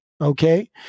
Okay